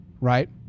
right